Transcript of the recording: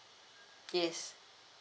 yes